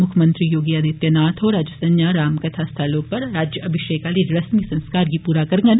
मुक्खमंत्री जोगी आदित्य नाथ होर अज्ज संझा रामकथा स्थल उप्पर राज्य अभिषेक आहर्ले रस्मी संस्कार गी पूरा करड़न